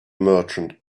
merchant